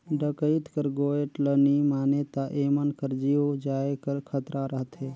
डकइत कर गोएठ ल नी मानें ता एमन कर जीव जाए कर खतरा रहथे